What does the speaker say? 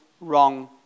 wrong